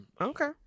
Okay